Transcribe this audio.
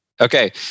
Okay